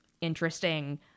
interesting